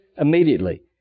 immediately